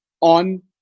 on